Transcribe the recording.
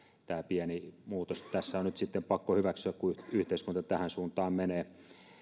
tämä pieni muutos tässä on nyt pakko hyväksyä kun yhteiskunta tähän suuntaan menee